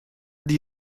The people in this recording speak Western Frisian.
die